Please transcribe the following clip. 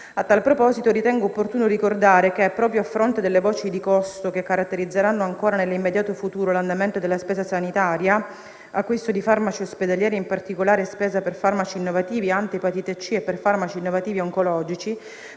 A tal proposito, ritengo opportuno ricordare che, proprio a fronte delle voci di costo che caratterizzeranno ancora nell'immediato futuro l'andamento della spesa sanitaria (acquisto di farmaci ospedalieri e, in particolare, spesa per farmaci innovativi - antiepatite C - e per farmaci innovativi oncologici)